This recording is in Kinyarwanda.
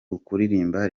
ukuririmba